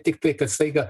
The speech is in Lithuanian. tiktai kad staiga